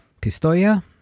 Pistoia